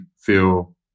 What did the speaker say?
feel